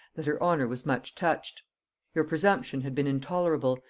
that her honor was much touched your presumption had been intolerable,